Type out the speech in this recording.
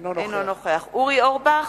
אינו נוכח אורי אורבך,